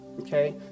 okay